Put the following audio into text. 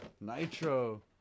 Nitro